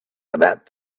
about